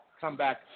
comeback